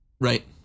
Right